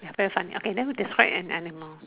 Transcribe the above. very funny okay let me describe an animal